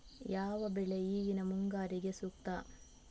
ಯಾವ ಬೆಳೆ ಈಗಿನ ಮುಂಗಾರಿಗೆ ಸೂಕ್ತ?